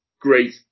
great